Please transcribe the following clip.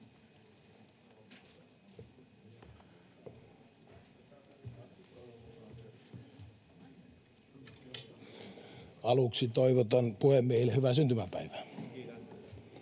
Aluksi toivotan puhemiehelle hyvää syntymäpäivää. Arvoisa